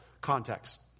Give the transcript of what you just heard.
context